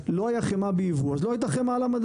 כשלא הייתה חמאה בייבוא אז לא הייתה חמאה על המדף.